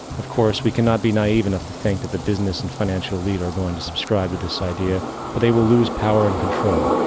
of course, we can not be naive enough to think that the business and financial elite are going to subscribe to this idea for they will lose power and control.